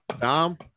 Dom